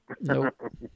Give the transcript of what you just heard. Nope